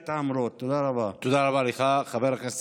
הפתרון הוא שינוי היחסים בין האזרח לשלטון כך שהשלטון ישרת את האזרח,